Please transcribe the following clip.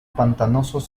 pantanosos